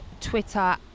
twitter